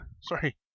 sorry